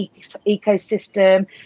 ecosystem